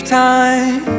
time